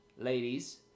ladies